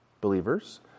believers